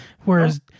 Whereas